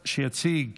כי הצעת